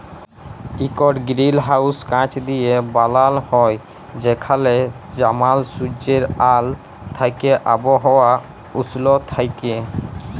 ইকট গিরিলহাউস কাঁচ দিঁয়ে বালাল হ্যয় যেখালে জমাল সুজ্জের আল থ্যাইকে আবহাওয়া উস্ল থ্যাইকে